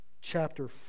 chapter